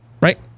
right